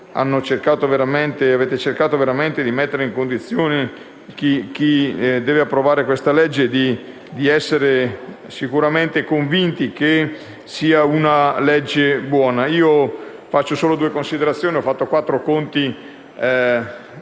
avete cercato veramente di mettere in condizione chi deve approvare questa legge di essere convinto che sia una legge buona. Faccio solo due considerazioni: ho fatto qualche conto